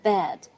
Bed